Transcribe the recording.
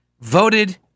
voted